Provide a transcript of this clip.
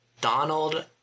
Donald